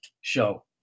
show